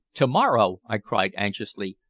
to-morrow! i cried anxiously.